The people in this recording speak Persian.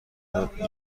داده